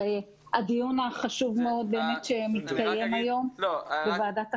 הדיון החשוב מאוד באמת שמתקיים היום בוועדת החינוך.